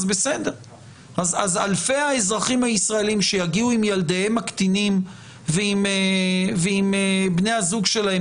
אז אלפי האזרחים הישראלים שיגיעו עם ילדיהם הקטינים ועם בני הזוג שלהם